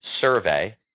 survey